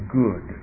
good